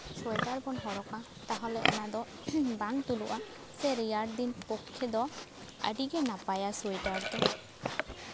sweater ᱵᱚᱱ ᱦᱚᱨᱚᱜᱟ ᱛᱟᱦᱞᱮ ᱚᱱᱟ ᱫᱚ ᱵᱟᱝ ᱛᱩᱞᱩᱜᱼᱟ ᱥᱮ ᱨᱮᱭᱟᱲ ᱫᱤᱱ ᱯᱚᱠᱠᱷᱮ ᱫᱚ ᱟᱹᱰᱤᱜᱮ ᱱᱟᱯᱟᱭᱟ ᱥᱳᱭᱮᱴᱟᱨ ᱫᱚ